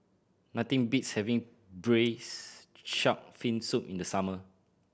nothing beats having Braised Shark Fin Soup in the summer